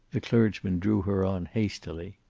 the clergyman drew her on hastily.